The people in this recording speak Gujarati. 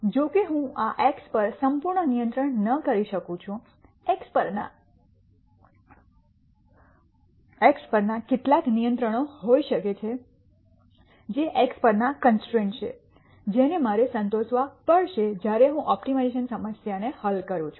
જો કે હું આ એક્સ પર સંપૂર્ણ નિયંત્રણ ન કરી શકું છું એક્સ પરના કેટલાક નિયંત્રણો હોઈ શકે છે જે એક્સ પરના કન્સ્ટ્રેન્ટ્સ છે જેની મારે સંતોષવા પડશે જ્યારે હું આ ઓપ્ટિમાઇઝેશન સમસ્યાને હલ કરું છું